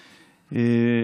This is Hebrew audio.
העוטף.